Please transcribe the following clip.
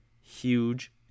huge